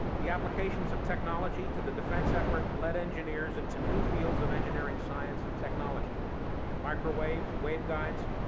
the applications of technology to the defense effort led engineers into new fields of engineering science and technology microwaves, waveguides,